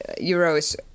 euros